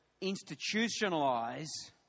institutionalize